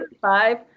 five